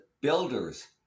builder's